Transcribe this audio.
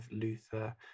Luther